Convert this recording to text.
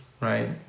right